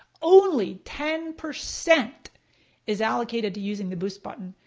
only ten percent is allocated to using the boost button.